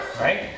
right